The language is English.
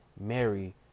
Mary